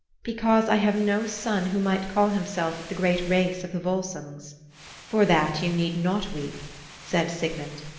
because i have no son who might call himself of the great race of the volsungs for that you need not weep said sigmund,